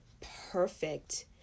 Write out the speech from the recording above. perfect